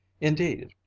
indeed